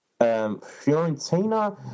Fiorentina